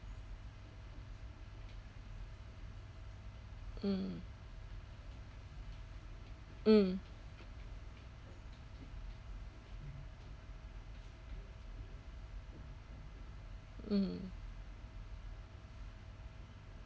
mm mm mm